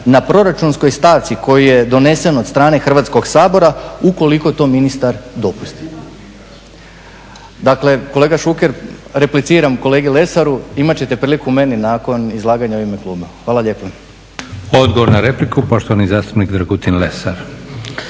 na proračunskoj stavci koji je donesen od strane Hrvatskog sabora ukoliko to ministar dopusti. Dakle, kolega Šuker, repliciram kolegi Lesaru, imat ćete priliku meni nakon izlaganja u ime kluba. Hvala lijepo. **Leko, Josip (SDP)** Odgovor na repliku, poštovani zastupnik Dragutin Lesar.